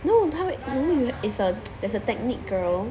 no 他会 is a there's a technique girl